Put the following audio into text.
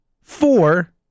four